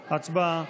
הצבעה.